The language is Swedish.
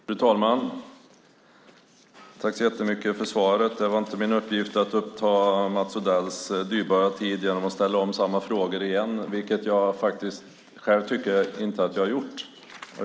Fru talman! Tack så mycket för svaret! Det var inte min avsikt att uppta Mats Odells dyrbara tid genom att ställa om samma frågor, vilket jag själv inte tycker att jag har gjort.